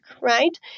right